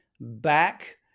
back